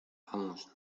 vamos